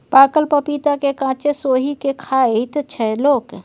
पाकल पपीता केँ कांचे सोहि के खाइत छै लोक